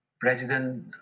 president